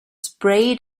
sprayed